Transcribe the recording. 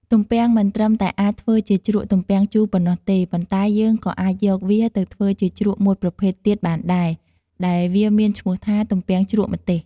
ទំំពាំងមិនត្រឹមតែអាចធ្វើជាជ្រក់ទំពាំងជូរប៉ុណ្ណោះទេ ប៉ុន្តែយើងក៏អាចយកវាទៅធ្វើជាជ្រក់មួយប្រភេទទៀតបានដែរ ដែលវាមានឈ្មោះថា ទំពាំងជ្រក់ម្ទេស។